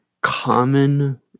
common